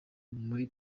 muri